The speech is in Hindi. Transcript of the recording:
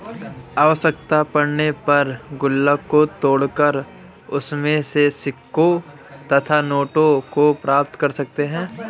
आवश्यकता पड़ने पर गुल्लक को तोड़कर उसमें से सिक्कों तथा नोटों को प्राप्त कर सकते हैं